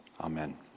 Amen